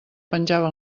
penjava